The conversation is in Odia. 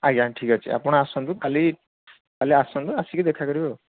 ଆଜ୍ଞା ଠିକ୍ ଅଛି ଆପଣ ଆସନ୍ତୁ କାଲି ଆସନ୍ତୁ ଆସିକି ଦେଖାକରିବେ ଆଉ